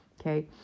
okay